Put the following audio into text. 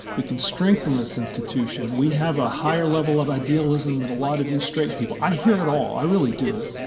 we can strengthen this institution. we have a higher level of idealism than a lot of you straight people. i hear it all, i really do.